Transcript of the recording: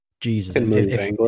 Jesus